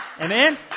Amen